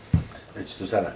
which this [one] ah